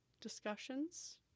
discussions